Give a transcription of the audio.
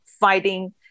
fighting